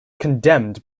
condemned